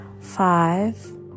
five